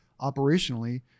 operationally